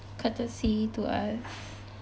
courtesy to us